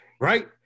right